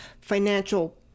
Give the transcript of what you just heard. financial